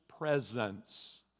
presence